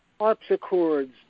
harpsichords